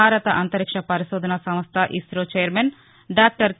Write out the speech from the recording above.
భారత అంతరిక్ష పరిశోధనా సంస్ధ ఇసో ఛైర్మన్ డాక్టర్ కే